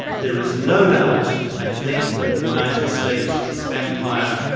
there is no doubt i think that the united states, its empire,